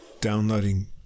downloading